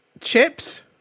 chips